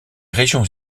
régions